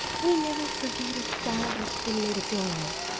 we never forget a star that's been made a door of.